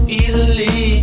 easily